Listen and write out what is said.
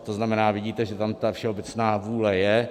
To znamená, vidíte, že tam ta všeobecná vůle je.